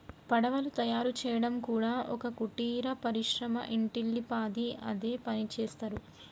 పడవలు తయారు చేయడం కూడా ఒక కుటీర పరిశ్రమ ఇంటిల్లి పాది అదే పనిచేస్తరు